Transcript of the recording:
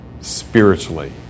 spiritually